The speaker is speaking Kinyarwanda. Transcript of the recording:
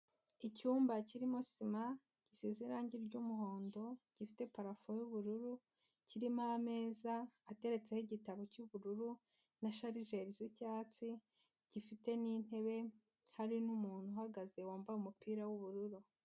Icyumba kirimo sima, gisize irangi ry'umuhondo gifite parafo y'ubururu, kirimo ameza ateretseho igitabo cy'ubururu na sharijeri z'icyatsi, gifite n'intebe, hari n'umuntu uhagaze wambaye umupira w'ububuru.